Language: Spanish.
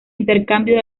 intercambio